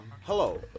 hello